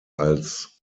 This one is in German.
als